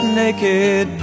naked